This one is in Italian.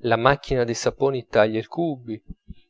la macchina dei saponi taglia i cubi